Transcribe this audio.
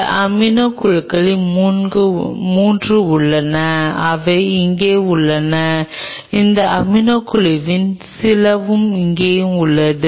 இந்த அமினோ குழுக்களில் 3 உள்ளன அவை இங்கே உள்ளன இந்த அமினோ குழுக்களில் சிலவும் இங்கே உள்ளன